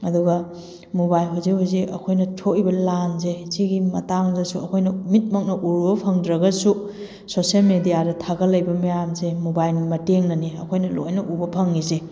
ꯑꯗꯨꯒ ꯃꯣꯕꯥꯏꯜ ꯍꯧꯖꯤꯛ ꯍꯧꯖꯤꯛ ꯑꯩꯈꯣꯏꯅ ꯊꯣꯛꯏꯕ ꯂꯥꯟꯁꯦ ꯁꯤꯒꯤ ꯃꯇꯥꯡꯗꯁꯨ ꯑꯩꯈꯣꯏꯅ ꯃꯤꯠꯃꯛꯅ ꯎꯔꯨꯕ ꯐꯪꯗ꯭ꯔꯒꯁꯨ ꯁꯦꯁꯦꯜ ꯃꯦꯗꯤꯌꯥꯗ ꯊꯥꯒꯠꯂꯛꯏꯕ ꯃꯌꯥꯝꯁꯦ ꯃꯣꯕꯥꯏꯜꯒꯤ ꯃꯇꯦꯡꯅꯅꯤ ꯑꯩꯈꯣꯏꯅ ꯂꯣꯏꯅ ꯎꯕ ꯐꯪꯉꯤꯁꯦ